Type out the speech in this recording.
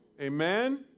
Amen